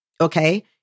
okay